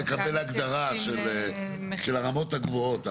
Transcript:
אני חושב שצריך לקבל הגדרה של הרמות הגבוהות,